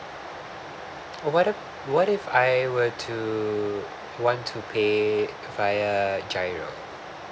uh what if what if if I were to want to pay via giro